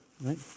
right